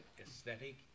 aesthetic